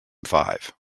five